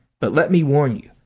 but let me warn you,